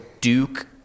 Duke-